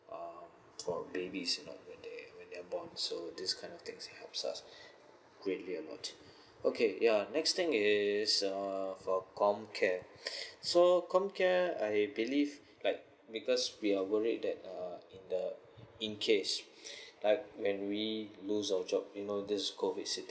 uh throughout babies you know when they are born so this kind of things can helps us really a lot okay ya next thing is um for comcare so comcare I believe like because we are worried that uh in the in case like when we lose our job you know this COVID situation